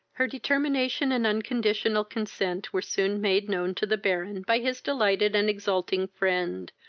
her determination and unconditional consent were soon made known to the baron by his delighted and exulting friend,